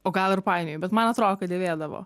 o gal ir painioju bet man atrodo kad dėvėdavo